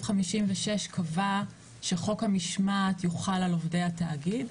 56 קבע שחוק המשמעת יוחל על עובדי התאגיד,